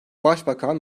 başbakan